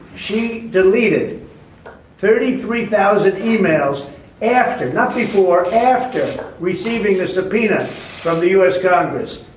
she deleted thirty three thousand emails after ninety four after receiving a subpoena from the u s. congress.